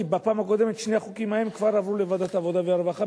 כי בפעם הקודמת שני החוקים ההם כבר עברו לוועדת העבודה והרווחה,